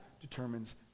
determines